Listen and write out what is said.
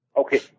Okay